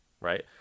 right